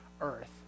earth